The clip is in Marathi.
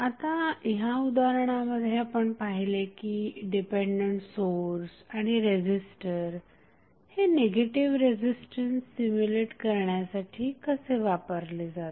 आता या उदाहरणांमध्ये आपण पाहिले की डिपेंडंट सोर्स आणि रेझिस्टर हे निगेटिव्ह रेझिस्टन्स सिम्युलेट करण्यासाठी कसे वापरले जातात